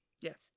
yes